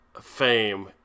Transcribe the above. fame